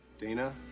Dana